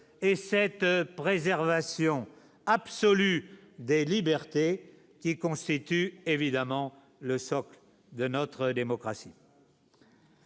et cette préservation absolue des libertés qui constitue évidemment le socle de notre démocratie.